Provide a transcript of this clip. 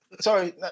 sorry